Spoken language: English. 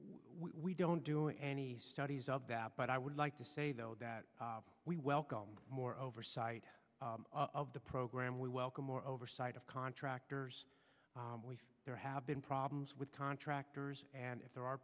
we don't do any studies of that but i would like to say though that we welcome more oversight of the program we welcome more oversight of contractors there have been problems with contractors and if there are